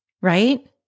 right